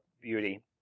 beauty